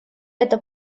это